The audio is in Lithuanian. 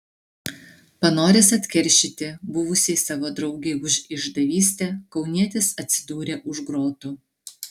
panoręs atkeršyti buvusiai savo draugei už išdavystę kaunietis atsidūrė už grotų